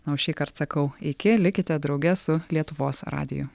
na o šįkart sakau iki likite drauge su lietuvos radiju